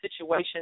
situation